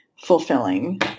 Fulfilling